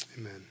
Amen